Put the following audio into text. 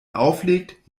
auflegt